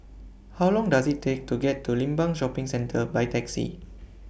How Long Does IT Take to get to Limbang Shopping Centre By Taxi